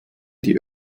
die